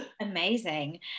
amazing